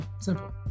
Simple